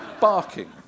barking